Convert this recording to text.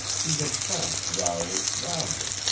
he had trounced rowley roundly,